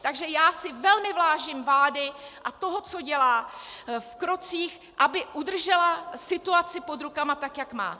Takže já si vážné vážím vlády a toho, co dělá v krocích, aby udržela situaci pod rukama tak, jak má.